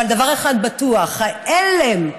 אבל דבר אחד בטוח: ההלם,